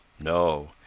No